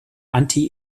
anti